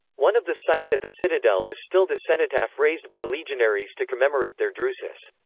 one of the sights at the citadel is still the cenotaph raised by legionaries to commemorate their drusus.